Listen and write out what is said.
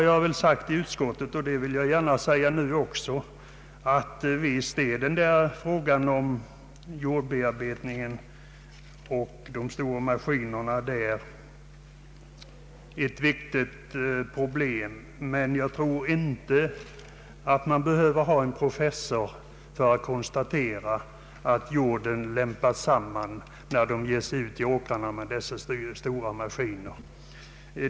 Jag har sagt i utskottet, och jag vill gärna säga det nu också, att visst är frågan om jordbearbetningen och ma skinerna ett viktigt problem, men jag tror inte att det fordras en professor för att konstatera att jorden lämpas samman, när man ger sig ut på åkrarna med dessa stora maskiner.